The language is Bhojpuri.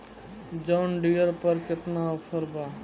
जॉन डियर पर केतना ऑफर बा?